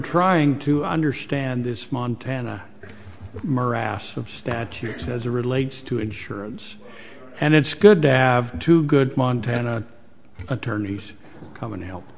trying to understand this montana morass of statute as a relates to insurance and it's good to have two good montana attorneys come and help